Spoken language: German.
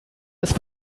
ist